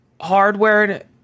hardware